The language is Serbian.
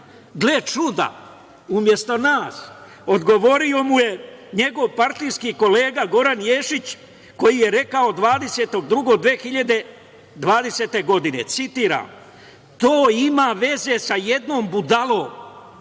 Gle čuda, umesto nas, odgovorio mu je njegov partijski kolega Goran Ješić, koji je rekao 20.02.2020. godine, citiram: to ima veze sa jednom budalom